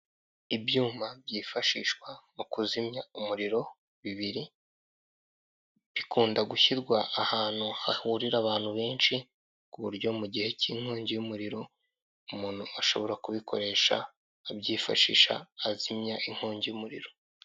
Ibyuma byifashishwa mu kuzimya umuriro bibiri. Bikunda gushyirwa ahantu hahurira abantu benshi, ku buryo mu gihe cy'inkongi y'umuriro umuntu ashobora kubyifashisha azimya inkongi y'umuriro.